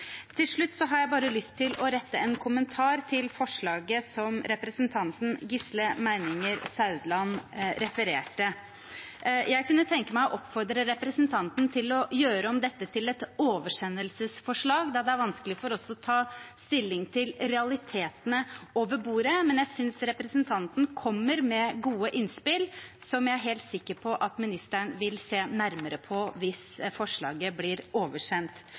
Til slutt har jeg bare lyst til å rette en kommentar til forslaget som representanten Gisle Meininger Saudland refererte. Jeg kunne tenke meg å oppfordre representanten til å gjøre om dette til et oversendelsesforslag, da det er vanskelig for oss å ta stilling til realitetene over bordet. Men jeg synes representanten kom med gode innspill som jeg er helt sikker på at ministeren vil se nærmere på hvis forslaget blir oversendt.